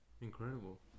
Incredible